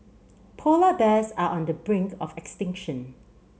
polar bears are on the brink of extinction